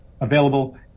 available